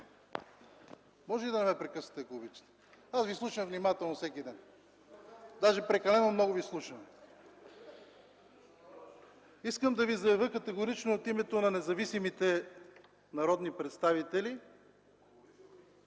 Моля да не ме прекъсвате, ако обичате. Аз ви слушам внимателно всеки ден, даже прекалено много ви слушам. Искам да ви заявя категорично от името на независимите народни представители,